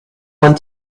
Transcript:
went